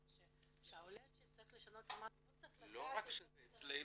כלומר שהעולה שצריך לשנות את המען הוא לא צריך --- לא רק שזה אצלנו,